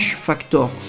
Factor